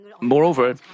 Moreover